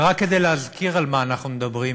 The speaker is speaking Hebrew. ורק כדי להזכיר על מה אנחנו מדברים,